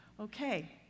Okay